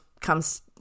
comes